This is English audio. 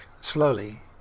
slowly